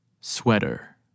Sweater